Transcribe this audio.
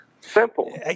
Simple